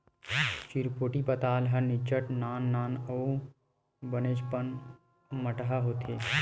चिरपोटी पताल ह निच्चट नान नान अउ बनेचपन अम्मटहा होथे